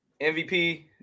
MVP